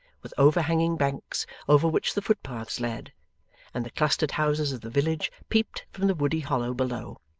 with overhanging banks over which the footpaths led and the clustered houses of the village peeped from the woody hollow below.